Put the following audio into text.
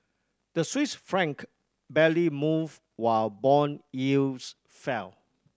the Swiss franc barely moved while bond yields fell